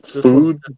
food